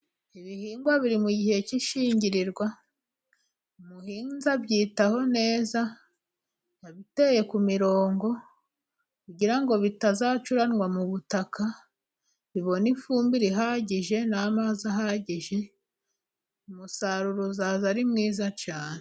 Ibihingwa biri mu gihe cy'ishingirirwa, umuhinzi abyitaho neza, biteye ku mirongo kugira ngo bitazacuranwa mu butaka, bibona ifumbire rihagije n'amazi ahagije. Umusaruro uzaza ari mwiza cyane.